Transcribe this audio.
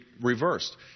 reversed